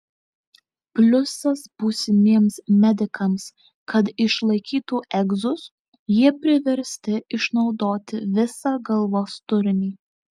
pliusas būsimiems medikams kad išlaikytų egzus jie priversti išnaudoti visą galvos turinį